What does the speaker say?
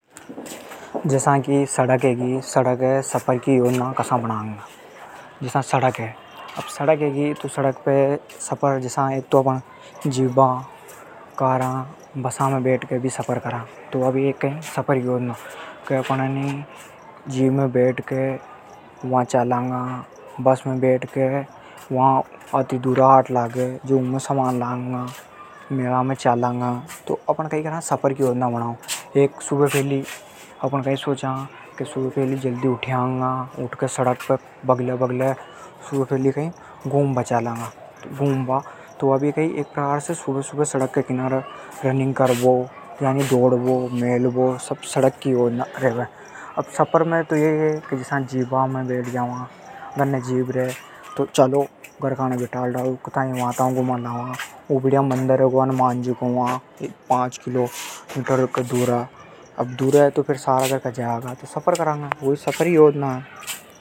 जसा की सड़क हेगी तो सड़क पे सफर की योजना कसा बनांगा। सड़क पे सफर अपण जीप, कार, बसा में बैठ के भी करा। अपण जीप में बैठ के वा चालांगा। बस में बैठ के वा चालांगा। सुबह जल्दी उठा। उठ के घूम बा जावा। घर पे साधन रेवे तो सभी घर का सफर पे जा सके।